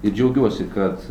ir džiaugiuosi kad